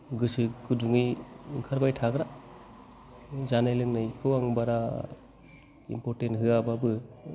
गोसो गुदुंयै ओंखारबाय थाग्रा जानाय लोंनायखौ आं बारा इम्परतेन्त होआबाबो